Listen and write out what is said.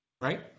right